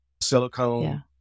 Silicone